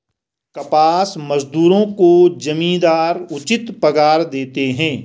कपास मजदूरों को जमींदार उचित पगार देते हैं